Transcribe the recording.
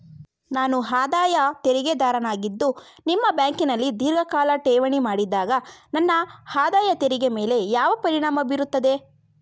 ನಾನು ಆದಾಯ ತೆರಿಗೆದಾರನಾಗಿದ್ದು ನಿಮ್ಮ ಬ್ಯಾಂಕಿನಲ್ಲಿ ಧೀರ್ಘಕಾಲ ಠೇವಣಿ ಮಾಡಿದಾಗ ನನ್ನ ಆದಾಯ ತೆರಿಗೆ ಮೇಲೆ ಯಾವ ಪರಿಣಾಮ ಬೀರುತ್ತದೆ?